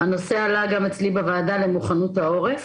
הנושא עלה גם אצלי בוועדה למוכנות העורף,